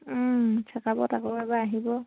চেকআপত আাকৌ এবাৰ আহিব